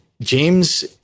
James